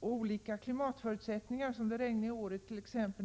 Olika klimatförutsättningar ger variationer. Det blevt.ex.